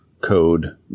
code